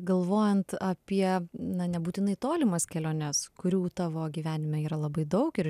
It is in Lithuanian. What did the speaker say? galvojant apie na nebūtinai tolimas keliones kurių tavo gyvenime yra labai daug ir